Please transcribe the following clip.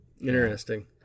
Interesting